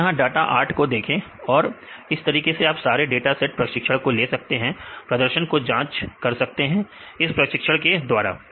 आप यहां डाटा 8 को देखें और इस तरीके से आप सारे डाटा सेट प्रशिक्षण को ले सकते हैं और प्रदर्शन को जांच कर सकते हैं इस प्रशिक्षण के द्वारा